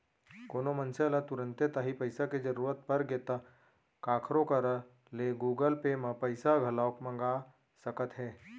कोनो मनसे ल तुरते तांही पइसा के जरूरत परगे ता काखरो करा ले गुगल पे म पइसा घलौक मंगा सकत हे